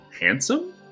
handsome